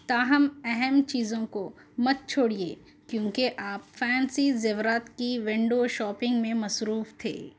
تاہم اہم چیزوں کو مت چھوڑیے کیونکہ آپ فینسی زیورات کی ونڈو شاپنگ میں مصروف تھے